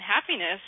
happiness